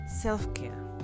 self-care